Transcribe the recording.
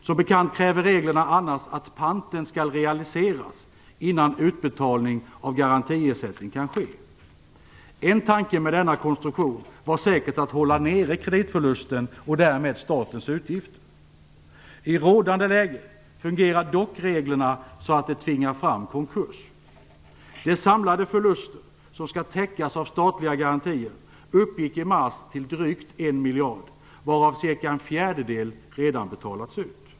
Som bekant kräver reglerna annars att panten skall realiseras innan utbetalning av garantiersättning kan ske. En tanke med denna konstruktion var säkert att hålla nere kreditförlusten och därmed statens utgifter. I rådande läge fungerar dock reglerna så att de tvingar fram konkurs. De samlade förluster som skall täckas av statliga garantier uppgick i mars till drygt 1 miljard, varav cirka en fjärdedel redan betalats ut.